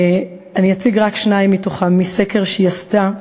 אציג רק שניים מהם, מסקר שהיא עשתה: